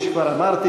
כפי שכבר אמרתי,